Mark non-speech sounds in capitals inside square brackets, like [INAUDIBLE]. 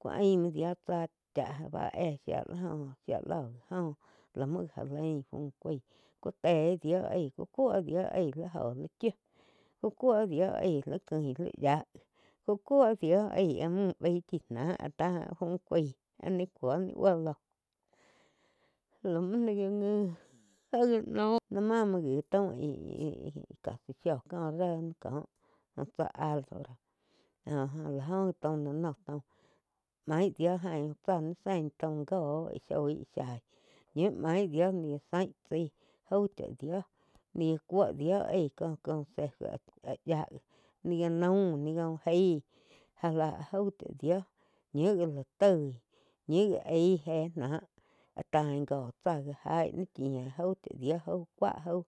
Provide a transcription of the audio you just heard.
Ku aim muo dio tsá chá bá éh shía la joh shí li oh la joh lá muo ga já lain fu cuaig ku te dio aig ku cúo dio aih li joh li chiu ku cuo dio aíh li cuin ni yiáh ku kuo dio aih áh múh baíh chi náh. Áh tá fu cuaíh ni cuo ni buo ló [NOISE] já ma muo gi taum íhh casi shiu óh co roi ná coh úh tsá alvaro jo-jo lá oh gi oh la noh main dio jain úh tsá ni sein taum joh shói íh shaí ñiu maí dio nih gá zain tsái au chah dio ni cuo dio aíh kó consejo yia gi nih ga naum ni gá uh gai já láh jau cha dio ñiu já la toi já aih éh náh áh tain go tsá ga aig chía jau cha dio cua jau